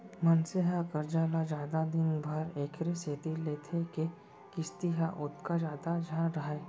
मनसे ह करजा ल जादा दिन बर एकरे सेती लेथे के किस्ती ह ओतका जादा झन रहय